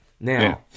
Now